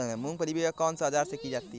मूंगफली की बुआई कौनसे औज़ार से की जाती है?